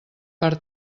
per